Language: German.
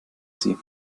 sie